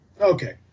Okay